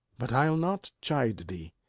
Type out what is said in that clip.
but i'll not chide thee.